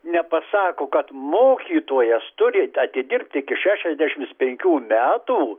nepasako kad mokytojas turi atidirbt iki šešiasdešims penkių metų